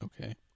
Okay